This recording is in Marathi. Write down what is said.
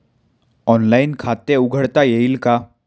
ऑनलाइन खाते उघडता येईल का?